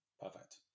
Perfect